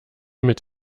mit